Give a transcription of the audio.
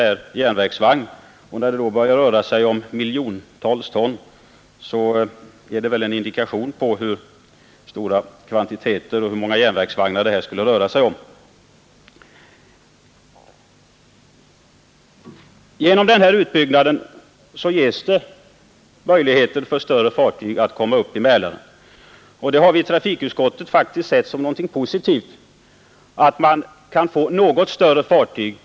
En järnvägsvagn tar cirka 50 ton, och när det börjar röra sig om miljontals ton så är det väl en indikation på hur många järnvägsvagnar som skulle behövas. Den föreslagna utbyggnaden ger möjligheter för större fartyg att komma upp i Mälaren, och vi i trafikutskottet har faktiskt sett det som någonting positivt att något större fartyg kan komma till användning.